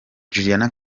juliana